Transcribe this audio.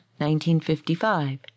1955